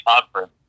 Conference